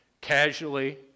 casually